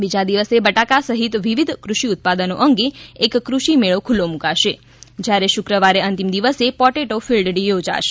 બીજા દિવસે બટાકા સહીત વિવિધ કૃષિ ઉત્પાદનો અંગે એક કૃષિ મેળો ખુલો મુકાશે જયારે શુક્રવારે અંતિમ દિવસે પોટેટો ફિલ્ડ ડે યોજાશે